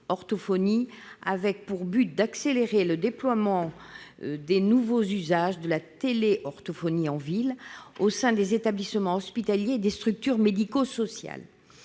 téléorthophonie, dans le but d'accélérer le déploiement des nouveaux usages de la téléorthophonie en ville, au sein des établissements hospitaliers et des structures médico-sociales.